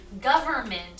government